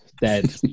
dead